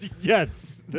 Yes